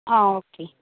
ആ ഓക്കേ